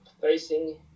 facing